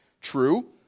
True